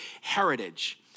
heritage